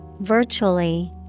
Virtually